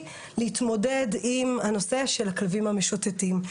להתמודד עם הנושא של הכלבים המשוטטים.